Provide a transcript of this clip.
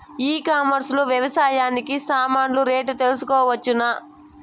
ఈ కామర్స్ లో వ్యవసాయానికి సామాన్లు రేట్లు తెలుసుకోవచ్చునా?